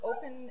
open